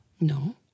No